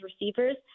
receivers